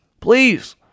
please